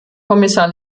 kommissar